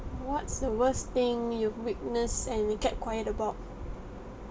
what's the worst thing you've witness and you kept quiet about